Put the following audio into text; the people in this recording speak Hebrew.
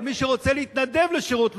אבל מי שרוצה להתנדב לשירות לאומי,